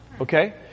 Okay